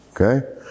Okay